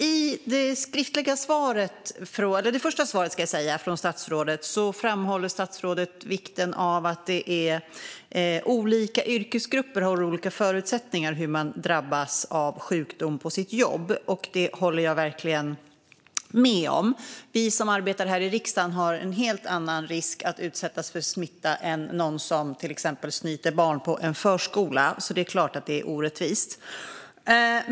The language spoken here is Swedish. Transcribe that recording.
I statsrådets första svar framhåller statsrådet vikten av att olika yrkesgrupper har olika förutsättningar när det gäller att drabbas av sjukdom på jobbet. Det håller jag verkligen med om. För oss som arbetar här i riksdagen är risken att utsättas för smitta helt annorlunda mot för någon som till exempel snyter barn på en förskola. Det är klart att det är orättvist.